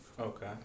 Okay